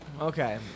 Okay